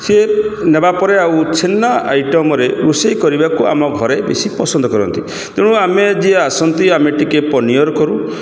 ସିଏ ନେବା ପରେ ଆଉ ଛେନା ଆଇଟମ୍ରେ ରୋଷେଇ କରିବାକୁ ଆମ ଘରେ ବେଶୀ ପସନ୍ଦ କରନ୍ତି ତେଣୁ ଆମେ ଯିଏ ଆସନ୍ତି ଆମେ ଟିକେ ପନିର୍ କରୁ